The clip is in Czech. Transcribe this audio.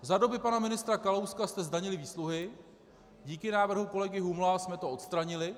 Za doby pana ministra Kalouska jste zdanili výsluhy, díky návrhu kolegy Humla jsme to odstranili.